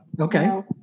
Okay